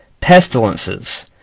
pestilences